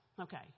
okay